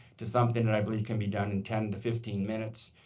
to something and i believe can be done in ten to fifteen minutes,